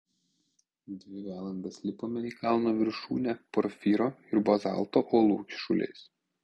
dvi valandas lipome į kalno viršūnę porfyro ir bazalto uolų kyšuliais